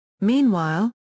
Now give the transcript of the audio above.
Meanwhile